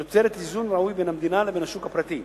הצעה שיוצרת איזון ראוי בין המדינה לבין השוק הפרטי.